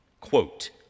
Quote